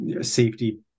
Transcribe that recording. safety